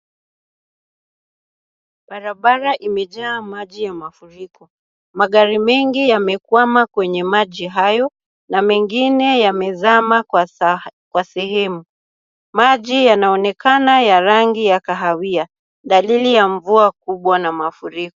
Barabara imejaa maji ya mafuriko. Magari mengi yamekwama kwenye maji hayo, na mengine yamezama kwa sehemu. Maji yanaonekana ya rangi ya kahawia, dalili ya mvua kubwa na mafuriko.